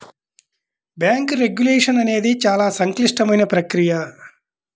bank regulation అనేది చాలా సంక్లిష్టమైన ప్రక్రియ